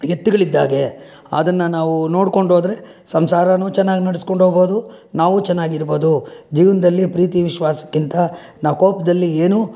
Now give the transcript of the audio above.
ಎತ್ತುಗಳಿದ್ದಾಗೆ ಅದನ್ನು ನಾವು ನೋಡ್ಕೊಂಡೋದ್ರೆ ಸಂಸಾರವೂ ಚೆನ್ನಾಗಿ ನಡ್ಸ್ಕೊಂಡೋಗ್ಬಹುದು ನಾವು ಚೆನ್ನಾಗಿರಬಹುದು ಜೀವನದಲ್ಲಿ ಪ್ರೀತಿ ವಿಶ್ವಾಸಕ್ಕಿಂತ ನಾವು ಕೋಪದಲ್ಲಿ ಏನೂ